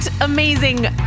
amazing